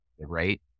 Right